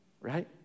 right